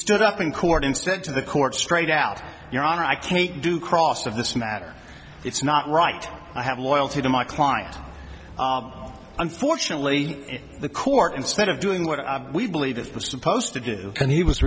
stood up in court instead to the court straight out your honor i can't do cross of this matter it's not right i have loyalty to my client unfortunately the court instead of doing what we believe that was supposed to do and he was